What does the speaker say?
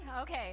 Okay